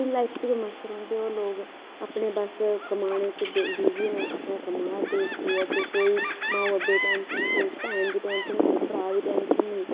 अपनी लाईफ च गै मस्त रौहंदे ओह् लोग अपने बस कमानै च बिज़ी न अपने पीया दे कोई माऊ बब्बै दी टेंशन निं भैन दी टेंशन निं भ्रा दी टेंशन निं